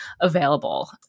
available